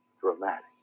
dramatic